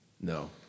No